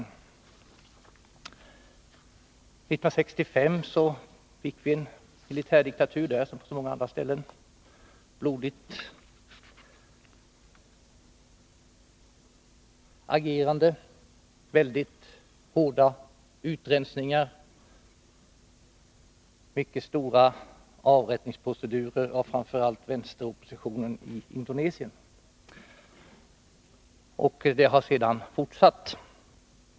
1965 fick man en militärdiktatur där, som på så många andra ställen. Det var ett blodigt agerande, det skedde väldigt hårda utrensningar, mycket stora procedurer med avrättningar av framför allt vänsteroppositionen i Indonesien. Allt detta har sedan fortsatt.